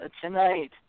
tonight